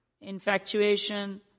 infatuation